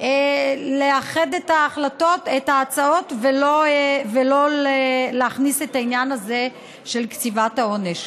לאחד את ההצעות ולא להכניס את העניין הזה של קציבת העונש.